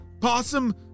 possum